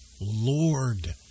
Lord